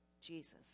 Jesus